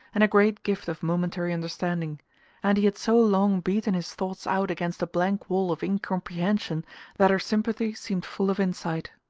and a great gift of momentary understanding and he had so long beaten his thoughts out against a blank wall of incomprehension that her sympathy seemed full of insight.